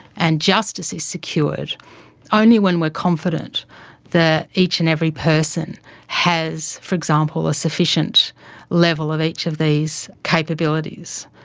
and justice is secured only when we're confident that each and every person has, for example, a sufficient level of each of these capabilities.